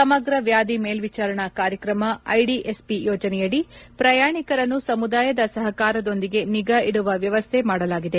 ಸಮಗ್ರ ವ್ವಾಧಿ ಮೇಲ್ವಿಚಾರಣಾ ಕಾರ್ಯಕ್ರಮ ಐಡಿಎಸ್ಪಿ ಯೋಜನೆಯಡಿ ಪ್ರಯಾಣಿಕರನ್ನು ಸಮುದಾಯದ ಸಹಕಾರದೊಂದಿಗೆ ನಿಗಾ ಇಡುವ ವ್ಯವಸ್ಥೆ ಮಾಡಲಾಗಿದೆ